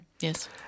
Yes